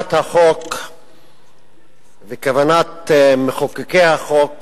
כוונת החוק וכוונת מחוקקי החוק